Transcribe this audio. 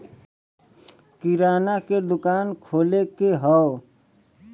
किराना के दुकान खोले के हौ